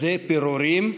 אלה פירורים,